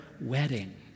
wedding